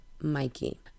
Mikey